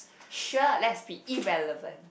sure let's be irrelevant